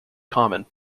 common